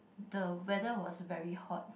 the weather was very hot